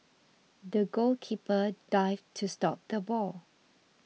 the goalkeeper dived to stop the ball